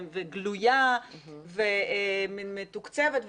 גלויה ומתוקצבת.